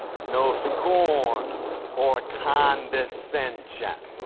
no scorn or condescension.